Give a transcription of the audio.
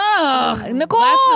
Nicole